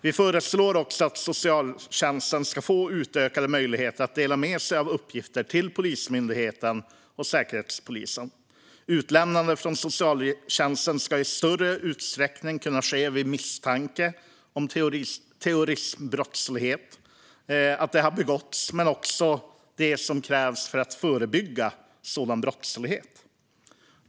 Vi föreslår vidare att socialtjänsten ska få utökade möjligheter att dela med sig av uppgifter till Polismyndigheten och Säkerhetspolisen. Utlämnande från socialtjänsten ska i större utsträckning kunna ske vid misstanke om att terroristbrottslighet har begåtts men också när det krävs för att förebygga sådan brottslighet.